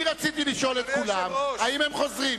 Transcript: אני רציתי לשאול את כולם, אם הם חוזרים.